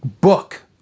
book